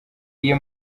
iyo